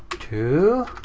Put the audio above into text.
two?